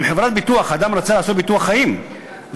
אם אדם רצה לעשות ביטוח חיים בחברת ביטוח,